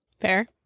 Fair